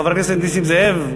חבר הכנסת נסים זאב,